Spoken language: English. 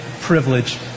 privilege